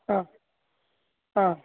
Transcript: ಹಾಂ ಹಾಂ